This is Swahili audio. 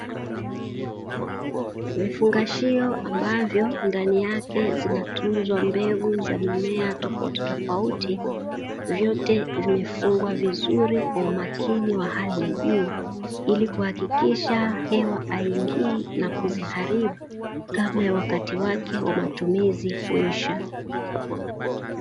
Vifungashio ambavyo ndani yake zinatunzwa mbegu za mimea tofauti tofauti vyote vimefungwa vizuri kwa umakini wa hali ya juu, ili kuhakikisha hewa haiingi na kuziharibu kabla wakati wake wa matumizi kuisha.